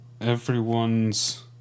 everyone's